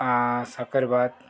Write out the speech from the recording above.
साकरबात